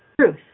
Truth